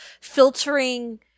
filtering